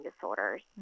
disorders